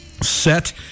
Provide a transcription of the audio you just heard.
set